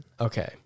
Okay